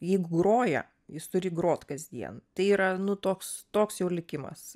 jeigu groja jis turi grot kasdien tai yra nu toks toks jau likimas